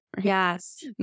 Yes